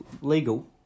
legal